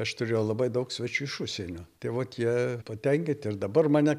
aš turėjau labai daug svečių iš užsienio tai vot jie patenkinti ir dabar mane